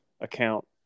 account